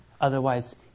Otherwise